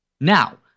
Now